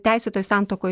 teisėtoj santuokoj